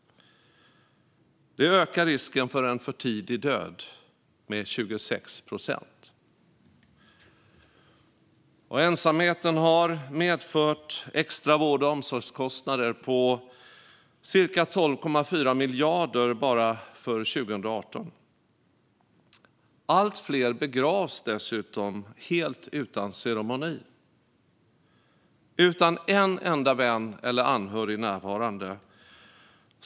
Det ökar risken för en för tidig död med 26 procent. Ensamheten har medfört extra vård och omsorgskostnader på ca 12,4 miljarder bara för 2018. Allt fler begravs dessutom helt utan ceremoni, utan en enda vän eller anhörig närvarande.